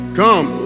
come